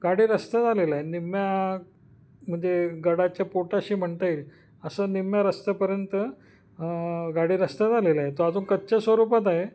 गाडी रस्ता झालेला आहे निम्म्या म्हणजे गडाच्या पोटाशी म्हणता येईल असं निम्म्या रस्त्यापर्यंत गाडी रस्ता झालेला आहे तो अजून कच्च्या स्वरूपात आहे